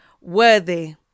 worthy